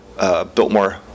Biltmore